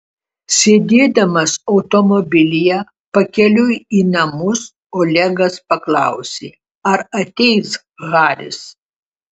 sėdėdamas automobilyje pakeliui į namus olegas paklausė ar ateis haris